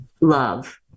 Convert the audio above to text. love